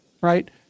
right